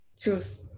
Truth